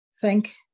thank